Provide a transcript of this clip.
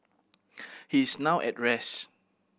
he is now at rest